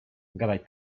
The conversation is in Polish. gadaj